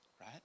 right